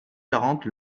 quarante